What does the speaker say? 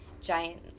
giant